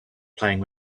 playing